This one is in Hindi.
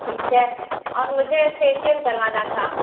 ठीक है और मुझे फेसिअल करवाना था